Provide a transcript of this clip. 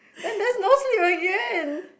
and there's no sleep again